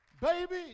baby